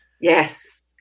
Yes